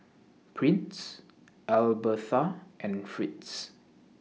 Prince Albertha and Fritz